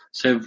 se